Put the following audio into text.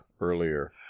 earlier